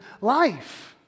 life